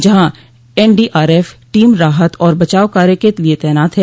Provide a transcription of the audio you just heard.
जहां NDRF team राहत और बचाव कार्य के लिए तैनात है